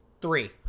three